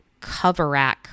Coverack